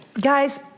guys